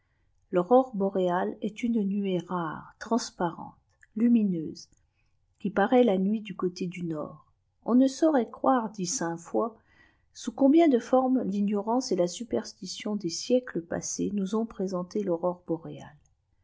l'aurore boréale est une nuée rare transparente lumineuse qui pat la nuit du côté du nord on ne saurait croire dit saint foix sous combien de formes l'ignorance et la superstition des siècles passés nous ont présenté l'aurore boréale